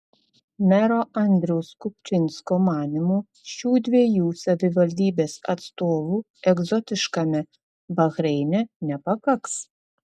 mero andriaus kupčinsko manymu šių dviejų savivaldybės atstovų egzotiškame bahreine nepakaks